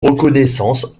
reconnaissance